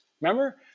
Remember